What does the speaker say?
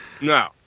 No